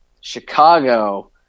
Chicago